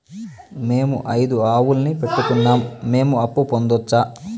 మేము ఐదు ఆవులని పెట్టుకున్నాం, మేము అప్పు పొందొచ్చా